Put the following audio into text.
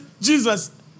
Jesus